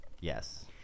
Yes